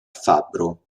fabbro